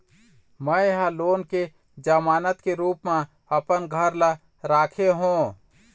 में ह लोन के जमानत के रूप म अपन घर ला राखे हों